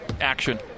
action